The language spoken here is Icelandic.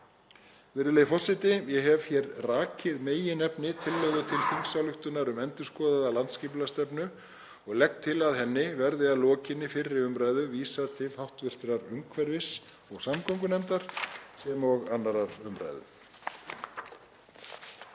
Virðulegi forseti. Ég hef hér rakið meginefni tillögu til þingsályktunar um endurskoðaða landsskipulagsstefnu og legg til að henni verði að lokinni fyrri umræðu vísað til hv. umhverfis- og samgöngunefndar og síðari umræðu.